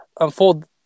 unfold